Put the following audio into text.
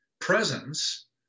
presence